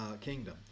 kingdom